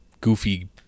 goofy